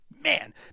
man